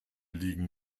liegen